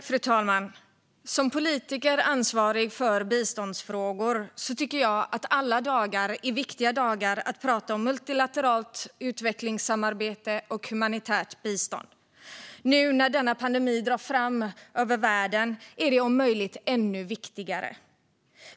Fru talman! Som politiker ansvarig för biståndsfrågor tycker jag att alla dagar är viktiga dagar att prata om multilateralt utvecklingssamarbete och humanitärt bistånd. Nu när denna pandemi drar fram över världen är det om möjligt ännu viktigare.